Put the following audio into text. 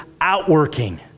outworking